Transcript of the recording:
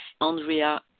Andrea